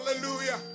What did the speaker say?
Hallelujah